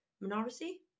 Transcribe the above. Minority